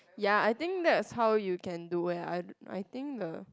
ya I think that is how you can do eh I I think the